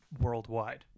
worldwide